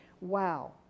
wow